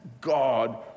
God